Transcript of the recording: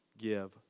give